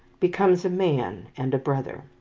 becomes a man and a brother.